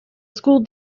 school